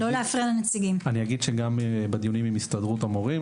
הדיונים עם הסתדרות המורים,